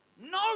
No